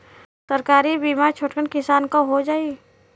सरकारी बीमा छोटकन किसान क हो जाई?